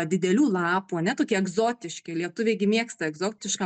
didelių lapų tokie egzotiški lietuviai gi mėgsta egzotišką